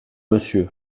monsieur